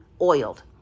oiled